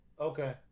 Okay